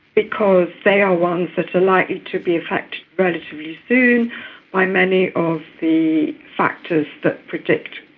because they are ones that are likely to be affected relatively soon by many of the factors that predict,